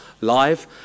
live